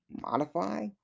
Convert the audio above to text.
modify